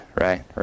right